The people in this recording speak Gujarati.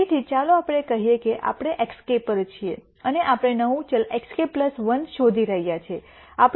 તેથી ચાલો આપણે કહીએ કે આપણે x k પર છીએ અને આપણે નવું ચલ x k 1 શોધી રહ્યા છીએ